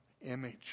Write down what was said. image